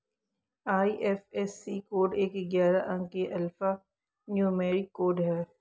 IFSC code एक ग्यारह अंकीय अल्फा न्यूमेरिक कोड है